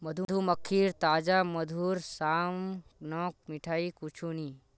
मधुमक्खीर ताजा मधुर साम न मिठाई कुछू नी